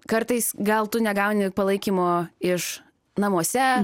kartais gal tu negauni palaikymo iš namuose